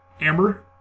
Amber